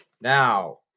Now